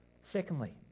Secondly